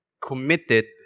Committed